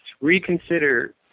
reconsider